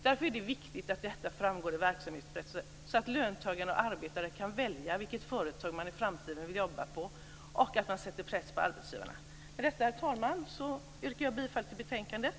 Därför är det viktigt att detta framgår i verksamhetsberättelser så att löntagare och arbetare kan välja vilket företag man vill jobba på i framtiden och att man sätter press på arbetsgivarna. Herr talman! Med detta yrkar bifall till förslaget i betänkandet.